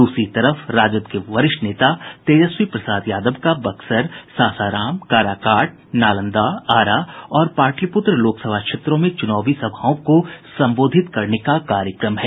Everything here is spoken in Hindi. दूसरी तरफ राजद के वरिष्ठ नेता तेजस्वी प्रसाद यादव का बक्सर सासाराम काराकाट नालंदा आरा और पाटलिपुत्र लोकसभा क्षेत्रों में चुनावी सभाओं को संबोधित करने का कार्यक्रम है